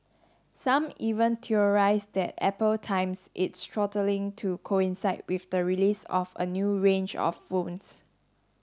some even theorised that Apple times its throttling to coincide with the release of a new range of phones